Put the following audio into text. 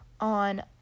on